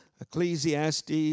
Ecclesiastes